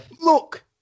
look